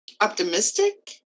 Optimistic